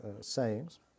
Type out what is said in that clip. sayings